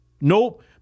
Nope